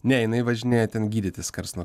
ne jinai važinėja ten gydytis karts nuo